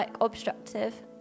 obstructive